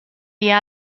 dia